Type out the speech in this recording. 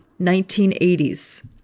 1980s